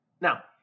Now